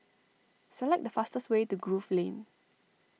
select the fastest way to Grove Lane